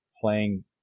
playing